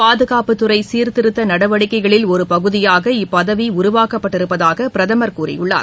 பாதுகாப்புத் துறை சீர்திருத்த நடவடிக்கைகளில் ஒரு பகுதியாக இப்பதவி உருவாக்கப்பட்டிருப்பதாக பிரதமர் கூறியுள்ளார்